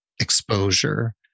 exposure